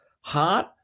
heart